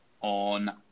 on